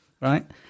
right